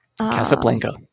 Casablanca